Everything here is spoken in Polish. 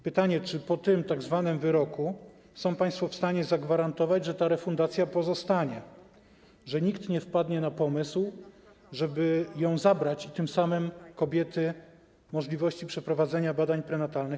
Pytanie: Czy po tym tzw. wyroku są państwo w stanie zagwarantować, że ta refundacja pozostanie, że nikt nie wpadnie na pomysł, żeby ją zabrać i tym samym pozbawić kobiety możliwości przeprowadzenia badań prenatalnych?